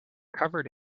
covered